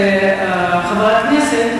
חברי הכנסת,